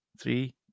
Three